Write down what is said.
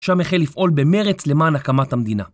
שם החל לפעול במרץ למען הקמת המדינה.